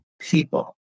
people